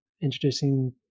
introducing